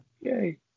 yay